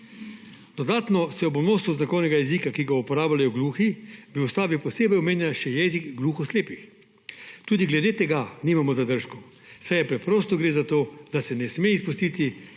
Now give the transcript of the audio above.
Dodatno se ob vnosu znakovnega jezika, ki ga uporabljajo gluhi, v ustavi posebej omenja še jezik gluhoslepih. Tudi glede tega nimamo zadržkov, saj preprosto gre za to, da se ne sme izpustiti